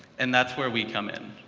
and that's where we come in,